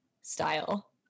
style